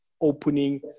opening